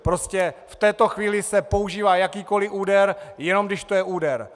Prostě v této chvíli se používá jakýkoliv úder, jenom když to je úder.